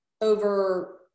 over